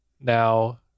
now